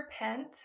repent